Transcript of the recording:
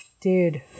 Dude